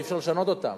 אי-אפשר לשנות אותן.